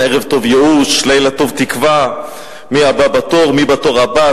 ערב טוב ייאוש ולילה טוב תקווה,/ מי הבא בתור ומי בתור הבא,